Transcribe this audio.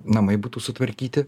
namai būtų sutvarkyti